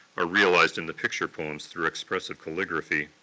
are realized in the picture poems through expressive calligraphy.